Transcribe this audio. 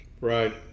Right